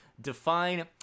define